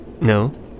No